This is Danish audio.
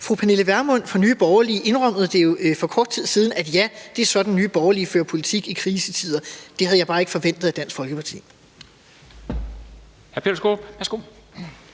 Fru Pernille Vermund fra Nye Borgerlige indrømmede jo for kort tid siden, at ja, det er sådan, Nye Borgerlige fører politik i krisetider. Det havde jeg bare ikke forventet af Dansk Folkeparti.